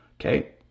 okay